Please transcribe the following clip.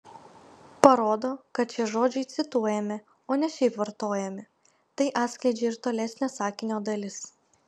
parodo kad šie žodžiai cituojami o ne šiaip vartojami tai atskleidžia ir tolesnė sakinio dalis